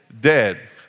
dead